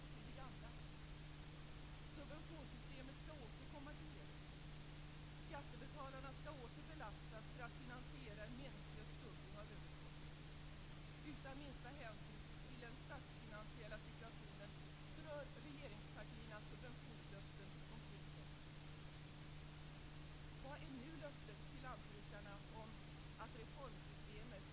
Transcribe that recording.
Vi kan också se på motsvarigheten på verkssidan, dvs. Statens jordbruksverk. I realiteten får Jordbruksverket en förstärkning i regeringens budget.